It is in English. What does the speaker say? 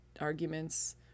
arguments